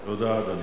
תודה, אדוני.